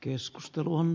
keskustelu on